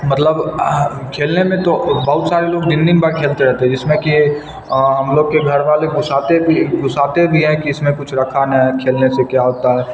मतलब खेलने में तो बहुत सारे लोग दिन दिन भर खेलते रहते हैं जिसमें कि हम लोग के घर वाले गुस्साते भी गुस्साते भी हैं कि इसमें कुछ रखा नहीं खेलने से क्या होता है